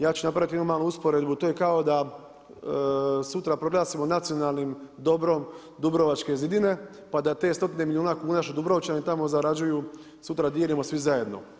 Ja ću napraviti jednu malu usporedbu to je kao da sutra proglasimo nacionalnim dobrom dubrovačke zidine pa da te stotine milijuna kuna što Dubrovčani tamo zarađuju sutra dijelimo svi zajedno.